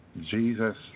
Jesus